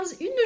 une